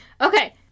Okay